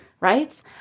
right